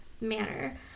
manner